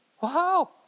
Wow